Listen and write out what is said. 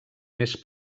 més